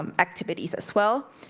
um activities as well.